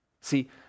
See